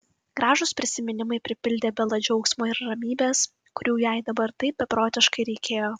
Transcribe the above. gražūs prisiminimai pripildė belą džiaugsmo ir ramybės kurių jai dabar taip beprotiškai reikėjo